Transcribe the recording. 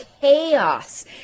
chaos